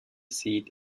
seat